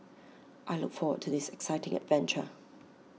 I look forward to this exciting venture